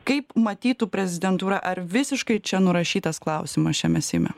kaip matytų prezidentūra ar visiškai čia nurašytas klausimas šiame seime